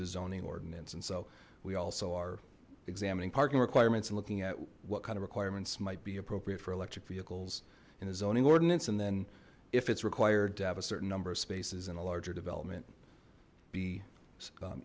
the zoning ordinance and so we also are examining parking requirements and looking at what kind of requirements might be appropriate for electric vehicles in a zoning ordinance and then if it's required to have a certain number of spaces and a larger development b